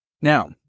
Now